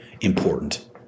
important